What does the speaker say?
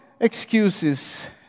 excuses